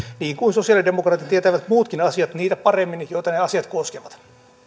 niin kuin sosialidemokraatit tietävät muutkin asiat paremmin kuin ne joita asiat koskevat